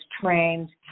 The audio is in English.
trained